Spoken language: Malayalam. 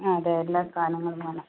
ആ അതെ എല്ലാ സാധനങ്ങളും വേണം